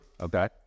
Okay